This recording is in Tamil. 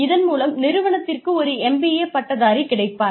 இதன் மூலம் நிறுவனத்திற்கு ஒரு MBA பட்டதாரி கிடைப்பார்